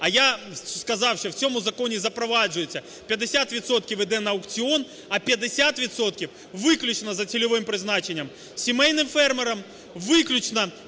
а я сказав, що в цьому законі запроваджується, 50 відсотків йде на аукціон, а 50 відсотків виключно за цільовим призначенням сімейним фермерам, виключно